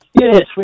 Yes